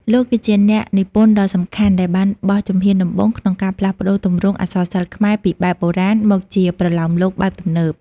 លោកគឺជាអ្នកនិពន្ធដ៏សំខាន់ដែលបានបោះជំហានដំបូងក្នុងការផ្លាស់ប្ដូរទម្រង់អក្សរសិល្ប៍ខ្មែរពីបែបបុរាណ មកជាប្រលោមលោកបែបទំនើប។